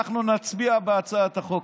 אנחנו נצביע בהצעת החוק.